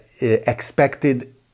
expected